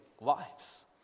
lives